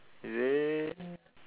is it